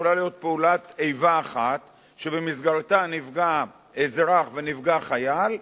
יכולה להיות פעולת איבה אחת שבמסגרתה נפגע אזרח ונפגע חייל,